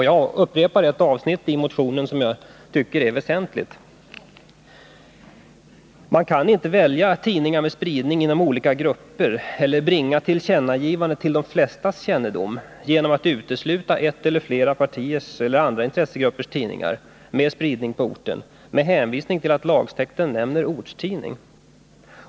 Jag upprepar ett avsnitt i motionen som jag tycker är väsentligt: ”Man kan inte välja tidningar med "spridning inom olika grupper” eller ”bringa tillkännagivandet till de flestas kännedom” genom att utesluta ett eller flera partiers eller andra intressegruppers tidningar med spridning på orten, med hänvisning till att lagtexten nämner ”ortstidning”.